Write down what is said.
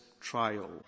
trial